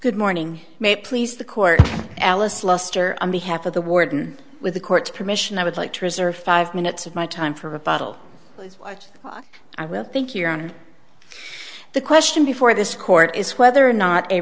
good morning may please the court alice luster on behalf of the warden with the court's permission i would like to reserve five minutes of my time for a bottle i will think your honor the question before this court is whether or not a